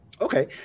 Okay